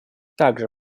также